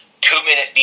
two-minute